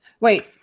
Wait